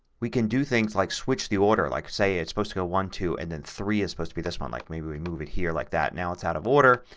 we can do things like switch the order. like say it's supposed to go one, two, and then three is supposed to be this one. like maybe we move it here like that. now it's out of order.